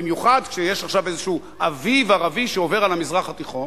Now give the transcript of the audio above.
במיוחד כשיש עכשיו איזה אביב ערבי שעובר על המזרח התיכון.